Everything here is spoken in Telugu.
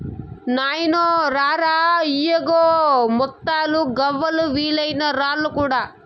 నాయినో రా రా, ఇయ్యిగో ముత్తాలు, గవ్వలు, విలువైన రాళ్ళు కూడా